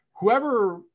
whoever